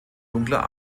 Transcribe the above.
dunkler